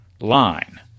line